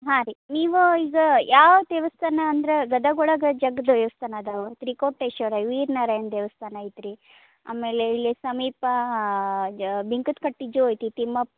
ಹಾಂ ರೀ ನೀವೂ ಈಗ ಯಾವ ದೇವಸ್ಥಾನ ಅಂದ್ರೆ ಗದಗ ಒಳಗೆ ಜಗ್ಗಿ ದೇವಸ್ಥಾನ ಅದಾವ ತ್ರಿಕೋಟೇಶ್ವರ ವೀರ ನಾರಾಯಣ ದೇವಸ್ಥಾನ ಐತ್ರಿ ಆಮೇಲೆ ಇಲ್ಲಿ ಸಮೀಪ ಬಿಂಕದಕಟೀಗೆ ಹೋಗ್ತೀತಿ ತಿಮ್ಮಪ್ಪ